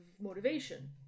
motivation